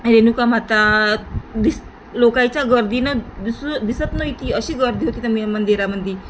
रेणुका माता दिस लोकाईच्या गर्दीनं दिसू दिसत नाही की अशी गर्दी होती तुम्ही मंदिरामध्ये